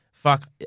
Fuck